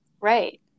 right